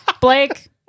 Blake